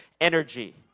energy